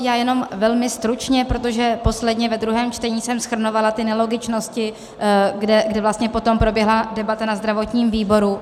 Já jenom velmi stručně, protože posledně, ve druhém čtení, jsem shrnovala ty nelogičnosti, kde vlastně potom proběhla debata na zdravotním výboru.